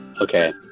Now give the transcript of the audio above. Okay